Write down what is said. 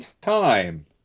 time